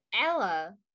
Ella